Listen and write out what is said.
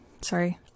sorry